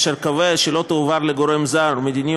אשר קובע כי לא תועבר לגורם זר מדיני